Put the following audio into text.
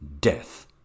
Death